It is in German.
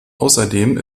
außerdem